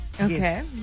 Okay